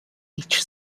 each